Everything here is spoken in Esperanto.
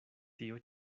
tio